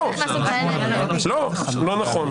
לא נכון.